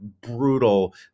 brutal